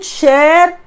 share